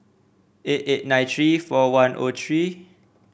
eight eight nine three four one O three